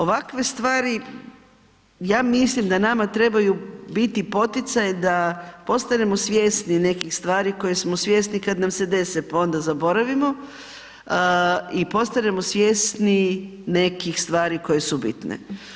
Ovakve stvari, ja mislim da nama trebaju biti poticaj da postanemo svjesni nekih stvari kojih smo svjesni kad nam se dese, pa onda zaboravimo i postanemo svjesni nekih stvari koje su bitne.